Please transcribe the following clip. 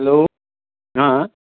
hello হাঁ